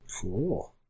cool